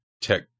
tech